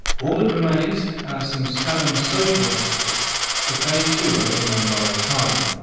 all that remains are some stubborn social obstacles but they too are living on borrowed time.